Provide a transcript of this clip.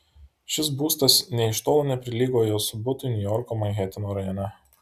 šis būstas nė iš tolo neprilygo jos butui niujorko manheteno rajone